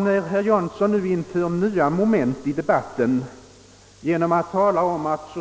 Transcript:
När herr Jansson nu inför nya moment i debatten genom att tala om att